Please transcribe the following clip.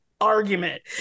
argument